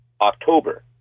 October